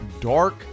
dark